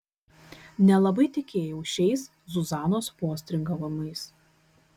nelabai tikėjau šiais zuzanos postringavimais